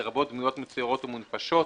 לרבות דמויות מצוירות או מונפשות.